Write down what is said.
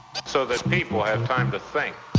so that people have time to think.